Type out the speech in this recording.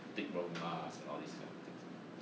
take wrong mask and all this kind of thing